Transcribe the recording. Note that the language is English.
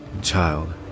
child